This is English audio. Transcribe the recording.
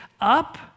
up